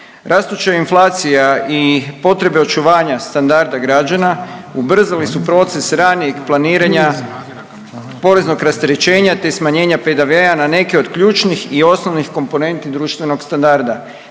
Rastuća inflacija i potrebe očuvanja standarda građana ubrzali su proces ranijeg planiranja poreznog rasterećenja, te smanjenja PDV-a na neke od ključnih i osnovnih komponenti društvenog standarda.